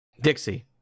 Dixie